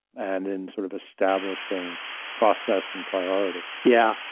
and in, sort of, establishing process and priority. yeah,